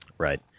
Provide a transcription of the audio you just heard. Right